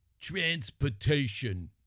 transportation